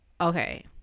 Okay